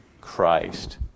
Christ